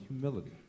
humility